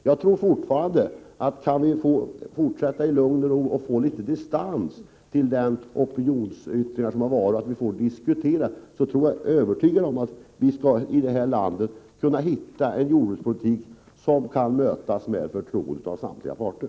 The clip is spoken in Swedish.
Jag är övertygad om att ifall vi kan fortsätta att diskutera i lugn och ro och får litet distans till de opinionsyttringar som förekommit, skall vi här i landet kunna hitta en jordbrukspolitik som kan mötas med förtroende av samtliga parter.